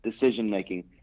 decision-making